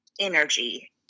energy